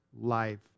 life